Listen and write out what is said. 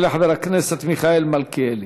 יעלה חבר הכנסת מיכאל מלכיאלי.